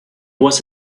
was